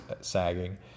sagging